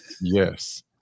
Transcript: Yes